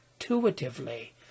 intuitively